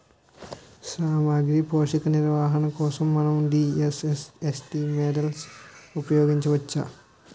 సామాగ్రి పోషక నిర్వహణ కోసం మనం డి.ఎస్.ఎస్.ఎ.టీ మోడల్ని ఉపయోగించవచ్చా?